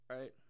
right